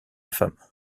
femme